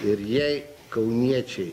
ir jei kauniečiai